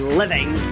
living